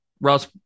Russ